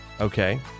Okay